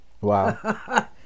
Wow